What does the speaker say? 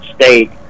State